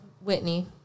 Whitney